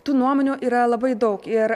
tų nuomonių yra labai daug ir